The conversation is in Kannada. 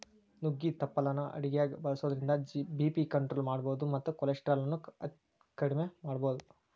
ನುಗ್ಗಿ ತಪ್ಪಲಾನ ಅಡಗ್ಯಾಗ ಬಳಸೋದ್ರಿಂದ ಬಿ.ಪಿ ಕಂಟ್ರೋಲ್ ಮಾಡಬೋದು ಮತ್ತ ಕೊಲೆಸ್ಟ್ರಾಲ್ ಅನ್ನು ಅಕೆಡಿಮೆ ಮಾಡಬೋದು